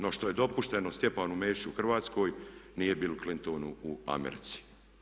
No što je dopušteno Stjepanu Mesiću u Hrvatskoj nije Bill Clintonu u Americi.